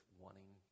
wanting